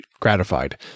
gratified